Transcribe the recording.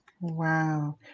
Wow